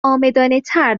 عامدانهتر